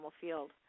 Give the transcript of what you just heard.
field